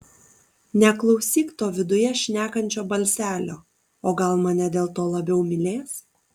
neklausyk to viduje šnekančio balselio o gal mane dėl to labiau mylės